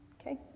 Okay